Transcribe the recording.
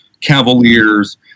cavaliers